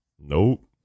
Nope